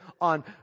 on